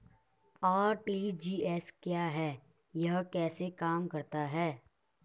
RTGS क्या है यह कैसे काम करता है?